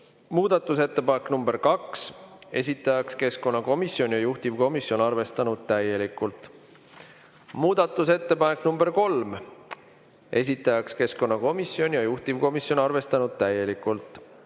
Muudatusettepanek nr 2, esitajaks keskkonnakomisjon ja juhtivkomisjon on arvestanud täielikult. Muudatusettepanek nr 3, esitajaks keskkonnakomisjon ja juhtivkomisjon on arvestanud täielikult.